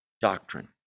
doctrine